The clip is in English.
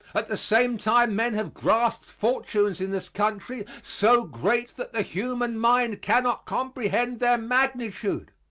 at the same time men have grasped fortunes in this country so great that the human mind cannot comprehend their magnitude.